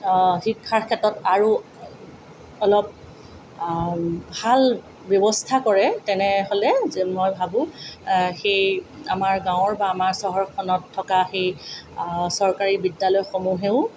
শিক্ষাৰ ক্ষেত্ৰত আৰু অলপ ভাল ব্যৱস্থা কৰে তেনেহ'লে যে মই ভাবো সেই আমাৰ গাঁৱৰ বা আমাৰ চহৰখনত থকা সেই চৰকাৰী বিদ্যালয়সমূহেও